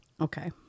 Okay